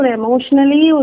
emotionally